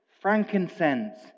frankincense